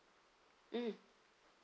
mm